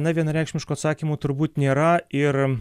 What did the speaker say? na vienareikšmiško atsakymo turbūt nėra ir